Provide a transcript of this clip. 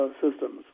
systems